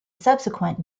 subsequent